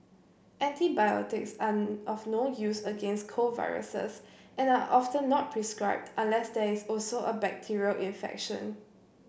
antibiotics are of no use against cold viruses and are often not prescribed unless there is also a bacterial infection